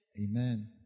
Amen